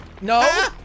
No